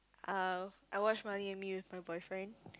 uh I watch Marley and Me with my boyfriend